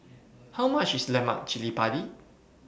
How much IS Lemak Cili Padi